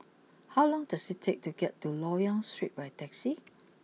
how long does it take to get to Loyang Street by taxi